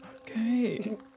okay